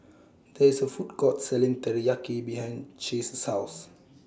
There IS A Food Court Selling Teriyaki behind Chase's House